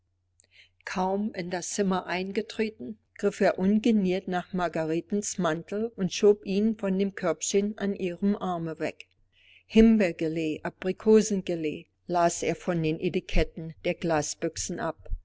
kaum in das zimmer eingetreten griff er ungeniert nach margaretens mantel und schob ihn von dem körbchen an ihrem arme weg himbeergelee aprikosengelee las er von den etiketten der glasbüchsen ab